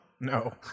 No